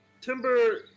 Timber